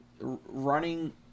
running